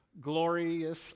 glorious